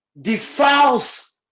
defiles